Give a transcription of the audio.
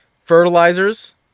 fertilizers